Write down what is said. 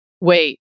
Wait